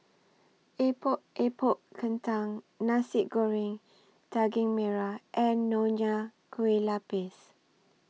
Epok Epok Kentang Nasi Goreng Daging Merah and Nonya Kueh Lapis